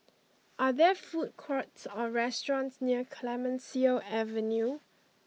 are there food courts or restaurants near Clemenceau Avenue